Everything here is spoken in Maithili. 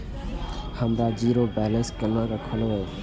हम जीरो बैलेंस केना खोलैब?